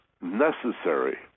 necessary